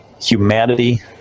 humanity